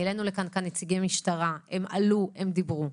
העלנו לכאן נציגי משטרה שעלו ודיברו.